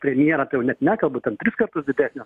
premjerą tai jau net nekalbu tad tris kartus didesnės